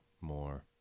more